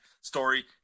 story